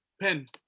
pen